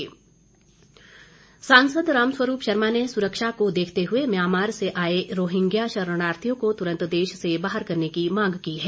रामस्वरूप सांसद रामस्वरूप शर्मा ने सुरक्षा को देखते हुए म्यांमार से आए रोहिंग्या शरणार्थियों को तुरंत देश से बाहर करने की मांग की है